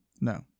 no